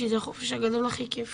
שזה החופש הגדול הכי כיף